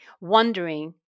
wondering